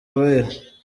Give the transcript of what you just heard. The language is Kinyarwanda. abere